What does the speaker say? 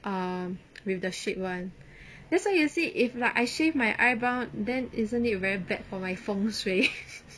um with the shape [one] that's why you see if like I shave my eyebrow then isn't it very bad for my 风水